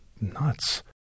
Nuts